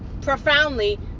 profoundly